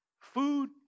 food